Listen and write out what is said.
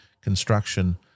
construction